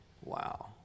Wow